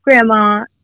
grandma